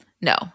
No